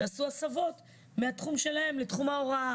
שעשו הסבות מהתחום שלהם לתחום ההוראה